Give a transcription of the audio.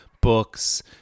books